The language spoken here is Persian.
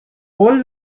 قول